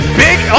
big